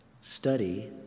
study